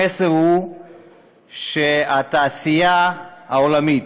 המסר הוא שהתעשייה העולמית,